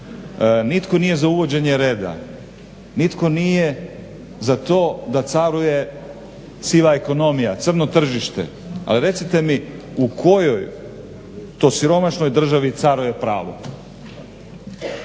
nitko nije za uvođenje reda, nitko nije za to da caruje siva ekonomija, crno tržište ali recite mi u kojoj to siromašnoj državi caruje pravo?